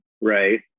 right